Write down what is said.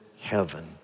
heaven